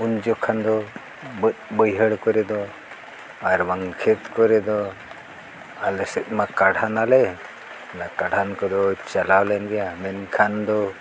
ᱩᱱ ᱡᱚᱠᱷᱚᱱ ᱫᱚ ᱵᱟᱹᱭᱦᱟᱹᱲ ᱠᱚᱨᱮ ᱫᱚ ᱟᱨ ᱵᱟᱝ ᱠᱷᱮᱛ ᱠᱚᱨᱮ ᱫᱚ ᱟᱞᱮ ᱥᱮᱫᱢᱟ ᱠᱟᱲᱦᱟᱱᱟᱞᱮ ᱚᱱᱟ ᱠᱟᱲᱦᱟᱱ ᱠᱚᱫᱚ ᱪᱟᱞᱟᱣ ᱞᱮᱱ ᱜᱮᱭᱟ ᱢᱮᱱᱠᱷᱟᱱ ᱫᱚ